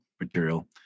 material